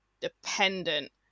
dependent